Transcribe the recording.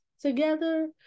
together